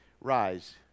rise